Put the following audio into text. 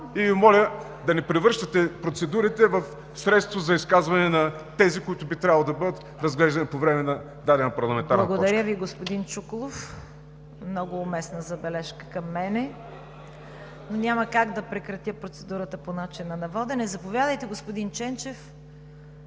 и Ви моля да не превръщате процедурите в средство за изказване на тези, които би трябвало да бъдат разглеждани по време на дадена парламентарна… ПРЕДСЕДАТЕЛ ЦВЕТА КАРАЯНЧЕВА: Благодаря Ви, господин Чуколов. Много уместна забележка към мен, но няма как да прекратя процедурата по начина на водене. Заповядайте, господин Ченчев.